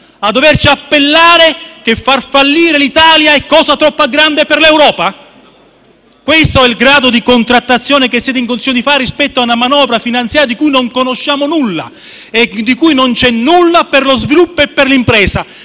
A doverci appellare che far fallire l'Italia è cosa troppo grande per l'Europa? Questo è il grado di contrattazione che siete in condizioni di attuare rispetto a una manovra finanziaria di cui non conosciamo nulla e in cui non c'è nulla per lo sviluppo e per le imprese?